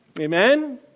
Amen